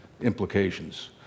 implications